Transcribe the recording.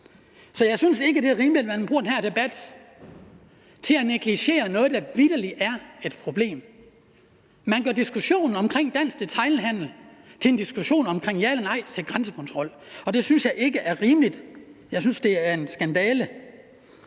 så jeg synes ikke, det er rimeligt, at man bruger den her debat til at negligere noget, der vitterlig er et problem. Man gør diskussionen omkring dansk detailhandel til en diskussion om et ja eller nej til grænsekontrol, og det synes jeg ikke er rimeligt. Jeg synes, det er en skandale.